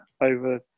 over